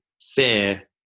fear